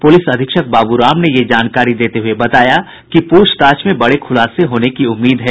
प्रलिस अधीक्षक बाब् राम ने ये जानकारी देते हुए बताया कि प्रछताछ में बड़े खुलासे होने की उम्मीद है